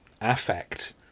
affect